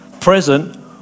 present